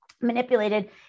manipulated